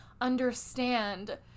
understand